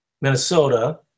Minnesota